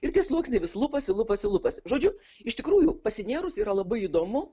ir tie sluoksniai vis lupasi lupasi lūpasi žodžiu iš tikrųjų pasinėrus yra labai įdomu